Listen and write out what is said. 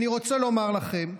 אני רוצה לומר לכם: